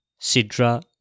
Sidra